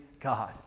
God